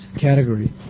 category